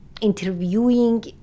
interviewing